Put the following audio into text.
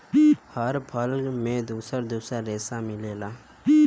हर फल में दुसर दुसर रेसा मिलेला